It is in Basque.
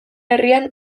herrian